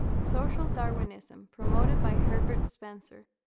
social darwinism, promoted by herbert spencer,